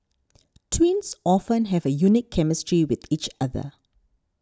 twins often have a unique chemistry with each other